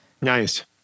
Nice